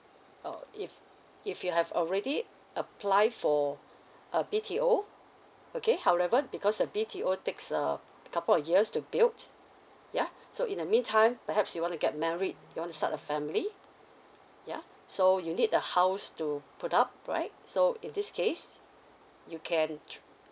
uh if if you have already apply for a B_T_O okay however because a B_T_O takes a couple of years to build ya so in the mean time perhaps you want to get married you want to start a family ya so you need a house to put up right so in this case you can